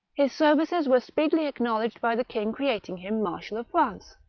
his services were speedily acknowledged by the king creating him marshal of france.